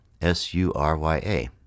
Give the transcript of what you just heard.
S-U-R-Y-A